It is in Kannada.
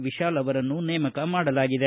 ವಿಶಾಲ್ ಅವರನ್ನು ನೇಮಕ ಮಾಡಲಾಗಿದೆ